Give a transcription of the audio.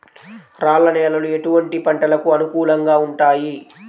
రాళ్ల నేలలు ఎటువంటి పంటలకు అనుకూలంగా ఉంటాయి?